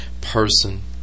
person